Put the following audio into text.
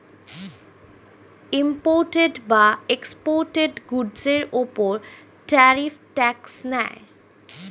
imported বা exported গুডসের উপর ট্যারিফ ট্যাক্স নেয়